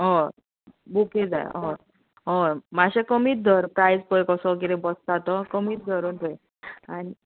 हय बुके जाय हय हय मातशे कमीच धर प्रायस कसो किदें पडटा तो कमीच धरूं जाय आनी